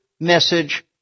message